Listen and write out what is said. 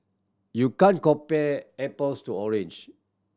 you can't compare apples to orange